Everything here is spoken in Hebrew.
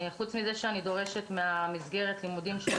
חוץ מזה שאני דורשת ממסגרת הלימודים שלה